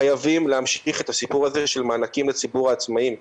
חייבים להמשיך את הסיפור הזה של מענקים לציבור העצמאיים.